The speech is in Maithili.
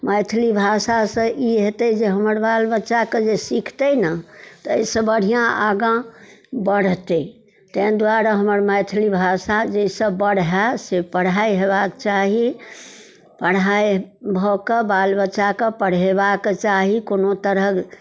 मैथिली भाषासँ ई हेतै जे हमर बाल बच्चाके जे सिखतै ने ताहिसँ बढ़िआँ आगाँ बढ़तै ताहि दुआरे हमर मैथिली भाषा जाहिसँ बढ़ै से पढ़ाइ हेबाक चाही पढ़ाइ भऽ कऽ बाल बच्चाके पढ़ेबाक चाही कोनो तरहके